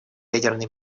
ядерной